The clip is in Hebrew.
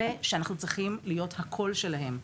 אלה שאנחנו צריכים להיות הקול שלהם,